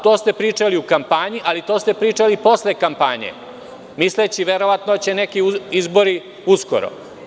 To ste pričali u kampanji, a to ste pričali i posle kampanje, misleći verovatno da će neki izbori uskoro.